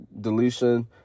deletion